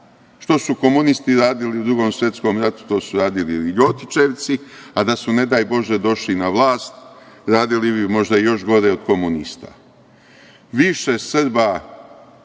Što su komunisti radili u Drugom svetskom ratu, to su radili ovi ljotićevci, a da su, ne daj Bože, došli na vlast, radili bi možda još gore od komunista.